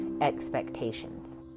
expectations